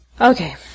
Okay